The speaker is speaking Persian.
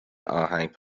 آهنگ